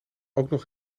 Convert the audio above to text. ook